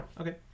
Okay